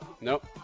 Nope